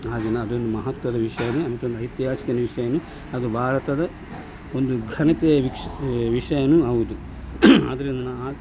ಆ ದಿನ ಅದೊಂದು ಮಹತ್ವದ ವಿಷಯವೇ ಅಂತಂದು ಐತಿಹಾಸಿಕದ ವಿಷಯವೇ ಅದು ಭಾರತದ ಒಂದು ಘನತೆಯ ವಿಷ ವಿಷಯವೂ ಹೌದು ಆದ್ದರಿಂದ